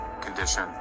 condition